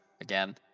again